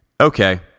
Okay